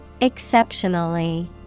Exceptionally